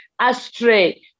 astray